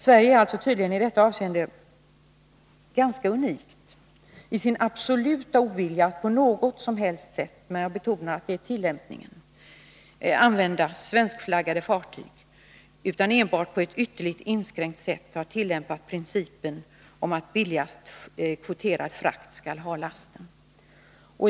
Sverige är tydligen i detta avseende ganska unikt i sin absoluta ovilja att på något som helst sätt — men jag betonar att det gäller tillämpningen — använda svenskflaggade fartyg — Sverige har enbart på ett ytterligt inskränkt sätt tillämpat principen om att billigaste kvoterade frakt skall ha lasten.